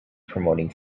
promoting